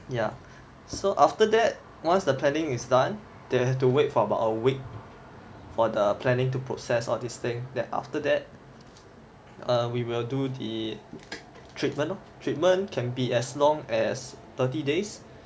ya so after that once the planning is done they'll have to wait for about a week for the planning to process all these thing then after that err we will do the treatment lor treatment can be as long as thirty days